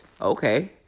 Okay